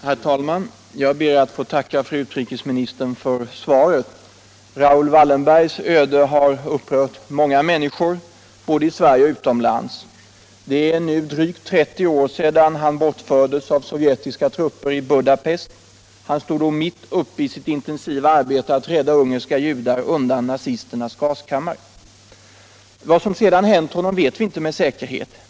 Herr talman! Jag ber att få tacka fru utrikesministern för svaret. Raoul Wallenbergs öde har upprört många människor både i Sverige och utomlands. Det är nu drygt 30 år sedan han bortfördes av sovjetiska trupper i Budapest. Han stod då mitt uppe i sitt intensiva arbete för att rädda ungerska judar undan nazisternas gaskamrar. Vad som sedan hänt honom vet vi inte med säkerhet.